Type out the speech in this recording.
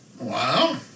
Wow